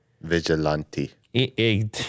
Vigilante